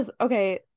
Okay